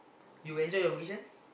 you enter your vocation